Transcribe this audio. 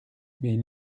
mais